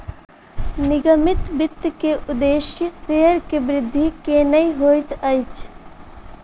निगमित वित्त के उदेश्य शेयर के वृद्धि केनै होइत अछि